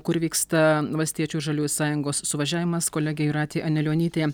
kur vyksta valstiečių ir žaliųjų sąjungos suvažiavimas kolegė jūratė anilionytė